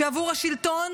שעבור השלטון